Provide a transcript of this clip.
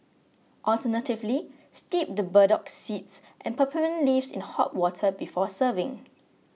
alternatively steep the burdock seeds and peppermint leaves in hot water before serving